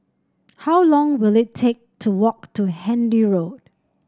how long will it take to walk to Handy Road